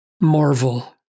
marvel